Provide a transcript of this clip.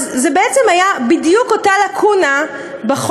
אז זו בעצם הייתה בדיוק אותה לקונה בחוק,